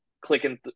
clicking